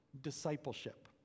discipleship